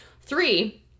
Three